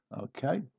okay